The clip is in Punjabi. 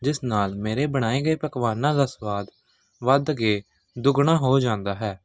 ਜਿਸ ਨਾਲ ਮੇਰੇ ਬਣਾਏ ਗਏ ਪਕਵਾਨਾਂ ਦਾ ਸਵਾਦ ਵੱਧ ਕੇ ਦੁਗਣਾ ਹੋ ਜਾਂਦਾ ਹੈ